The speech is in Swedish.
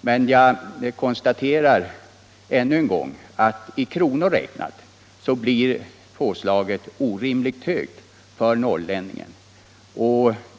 Men jag konstaterar ännu en gång att i kronor räknat blir påslaget orimligt högt för norrlänningen.